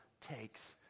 takes